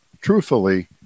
truthfully